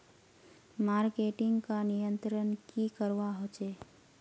Marketing का नियंत्रण की करवा होचे?